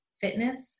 fitness